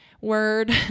word